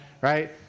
right